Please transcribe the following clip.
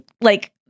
like-